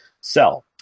sell